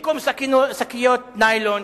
במקום שקיות ניילון,